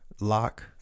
Lock